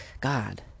God